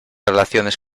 relaciones